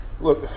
Look